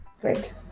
great